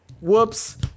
whoops